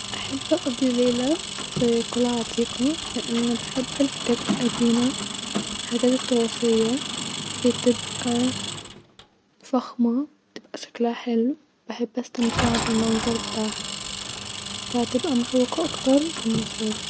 احب اقضي ليله في قلعه عتيقه لان بحب الحاجات القديمه الحاجات التراثيه بتبقي-فاخمه بتبقي شكلها حلو-بحب استمتع بالمنظر بتاعها-فا هتبقي مشوقه اكتر بالنسبالي